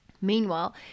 Meanwhile